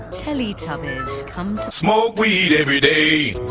telletubbies come to smoke weed everyday